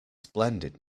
splendid